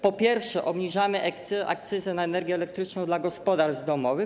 Po pierwsze, obniżamy akcyzę na energię elektryczną dla gospodarstw domowych.